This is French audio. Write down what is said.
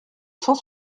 cent